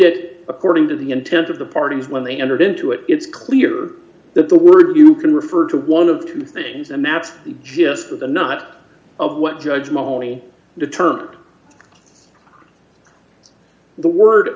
it according to the intent of the parties when they entered into it it's clear that the word you can refer to one of two things and that's just with another of what judge mahoney determined the word